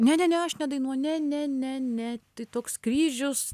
ne ne aš nedainuoju ne ne ne ne tai toks kryžius